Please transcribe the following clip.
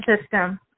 system